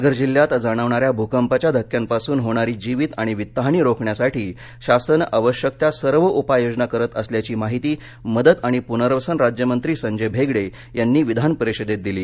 पालघर जिल्ह्यात जाणवणाऱ्या भूकंपाच्या धक्क्यांपासून होणारी जीवित आणि वित्तहानी रोखण्यासाठी शासन आवश्यक त्या सर्व उपाययोजना करत असल्याची माहिती मदत आणि पुनर्वसन राज्यमंत्री संजय भेगडे यांनी विधानपरिषदेत दिली